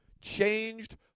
changed